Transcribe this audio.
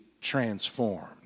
transformed